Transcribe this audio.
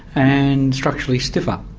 and structurally stiffer.